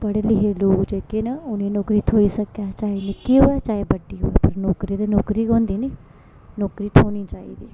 पढ़ लिखे दे लोक जेह्के न उनें नौकरी थ्होई सकै चाहे निक्की होऐ चाहें बड्डी होऐ नौकरी ते नौकरी गै होंदी नी नौकरी थ्होनी चाहिदी